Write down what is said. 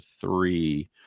three